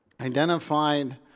identified